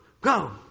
go